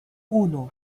uno